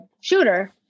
shooter